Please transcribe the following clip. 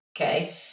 Okay